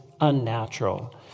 unnatural